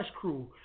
Crew